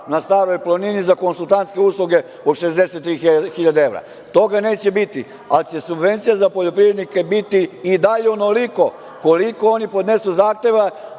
na Staroj Planini za konsultantske usluge od 63.000 evra. Toga neće biti, ali će subvencije za poljoprivrednike biti i dalje onoliko koliko oni podnesu zahteva,